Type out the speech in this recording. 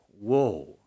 Whoa